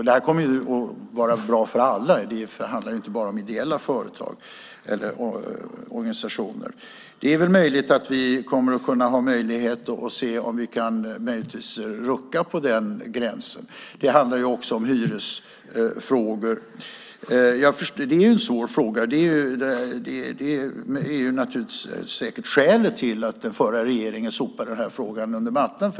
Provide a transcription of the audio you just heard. Det kommer att bli bra för alla, det handlar inte bara om ideella organisationer. Det är möjligt att vi kan rucka på den gränsen. Det handlar också om hyresfrågor. Det här är en svår fråga. Det är säkert skälet till att den förra regeringen sopade den här frågan under mattan.